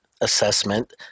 assessment